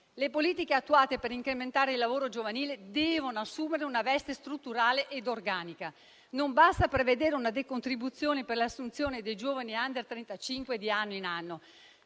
Le politiche attuate per incrementare il lavoro giovanile devono assumere una veste strutturale e organica. Non basta prevedere una decontribuzione per l'assunzione dei giovani *under* 35 di anno in anno.